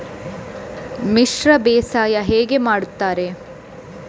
ಮಿಶ್ರ ಬೇಸಾಯ ಹೇಗೆ ಮಾಡುತ್ತಾರೆ?